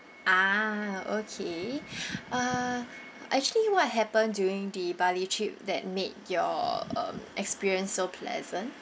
ah okay uh actually what happened during the bali trip that made your um experience so pleasant